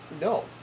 no